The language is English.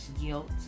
guilt